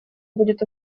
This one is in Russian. будет